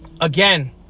again